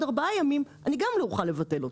ארבעה ימים גם אז לא אוכל לבטל אותו.